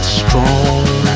strong